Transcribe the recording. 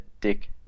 Dick